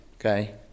Okay